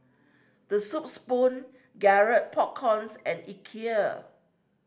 The Soup Spoon Garrett Popcorn and Ikea